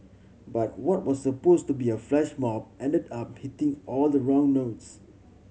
but what was supposed to be a flash mob ended up hitting all the wrong notes